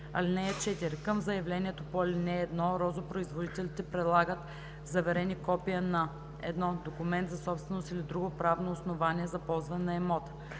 (4) Към заявлението по ал. 1 розопроизводителите прилагат заверени копия на: 1. документ за собственост или друго правно основание за ползване на имота;